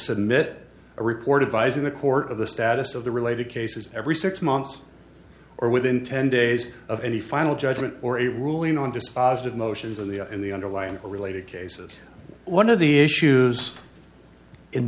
submit a report advise in the court of the status of the related cases every six months or within ten days of any final judgment or a ruling on dispositive motions of the in the underlying or related cases one of the issues in